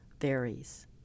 varies